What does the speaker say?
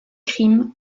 crimes